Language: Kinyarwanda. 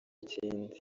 ikindi